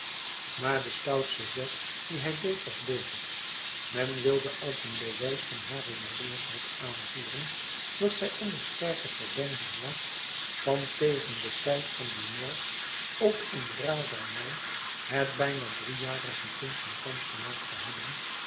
maar de stoutste zet dien hij deed was deze men wilde als een bewijs van hare jaloerschheid aanvoeren dat zij ondersterke verdenking lag van tegen den tijd van dien moord ook in razernij het bijna driejarige kind van kant gemaakt te hebben